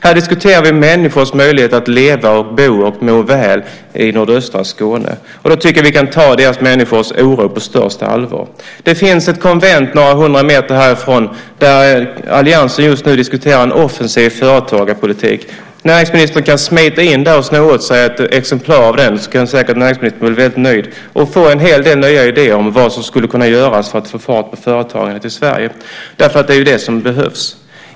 Här diskuterar vi människors möjlighet att leva, bo och må väl i nordöstra Skåne. Då tycker jag att vi kan ta de människornas oro på största allvar. Det finns ett konvent några hundra meter härifrån där alliansen just nu diskuterar en offensiv företagarpolitik. Näringsministern kan smita in där och sno åt sig ett exemplar av den så kan näringsministern säkert bli rätt nöjd och få en hel del nya idéer om vad som skulle kunna göras för att få fart på företagandet i Sverige, därför att det är ju det som behövs.